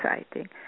exciting